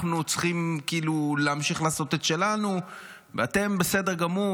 אנחנו צריכים כאילו להמשיך לעשות את שלנו ואתם בסדר גמור.